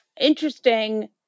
Interesting